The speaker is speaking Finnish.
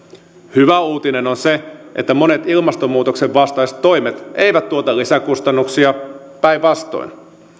hyvä uutinen on se että monet ilmastonmuutoksen vastaiset toimet eivät tuota lisäkustannuksia päinvastoin